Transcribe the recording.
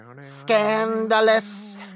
Scandalous